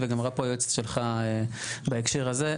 וגם אמרה פה היועצת שלך בהקשר הזה,